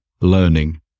learning